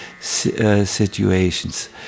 situations